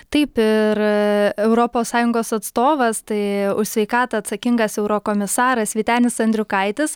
taip ir europos sąjungos atstovas tai už sveikatą atsakingas eurokomisaras vytenis andriukaitis